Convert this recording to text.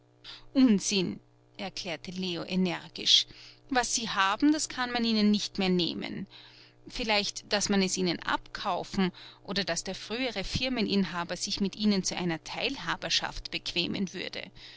unsinn erklärte leo energisch was sie haben kann man ihnen nicht mehr nehmen vielleicht daß man es ihnen abkaufen oder daß der frühere firmeninhaber sich mit ihnen zu einer teilhaberschaft bequemen würde